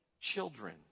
children